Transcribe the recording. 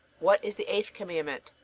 what is the eighth commandment?